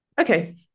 Okay